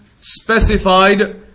specified